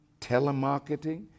telemarketing